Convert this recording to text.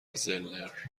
زلنر